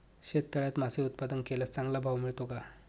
शेततळ्यात मासे उत्पादन केल्यास चांगला भाव मिळतो का?